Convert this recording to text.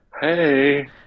Hey